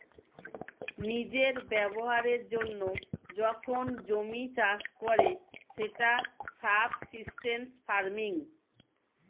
নিজের ব্যবহারের জন্য যখন জমি চাষ করে সেটা সাবসিস্টেন্স ফার্মিং